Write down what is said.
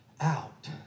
out